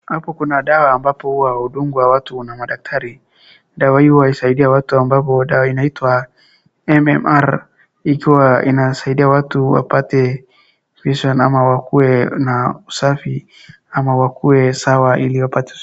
Hapa kuna dawa ambapo huwa hudungwa watu na madaktari. Dawa hii hua husaidia watu inaitwa amabpo dawa inaitwa MMR ikiwa inasaidia watu wapate vision ama wakue nna usafi ama wakue sawa ili wapate.